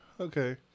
okay